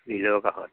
নিজৰ কাষত